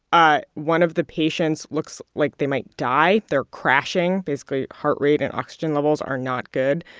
ah one of the patients looks like they might die. they're crashing basically, heart rate and oxygen levels are not good.